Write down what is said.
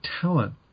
talent